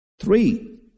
Three